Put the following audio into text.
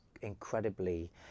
incredibly